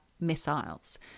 missiles